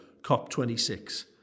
COP26